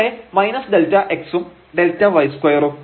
കൂടെ Δx ഉം Δy2 ഉം